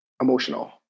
emotional